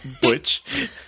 Butch